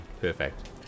Perfect